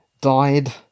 died